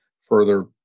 further